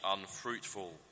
unfruitful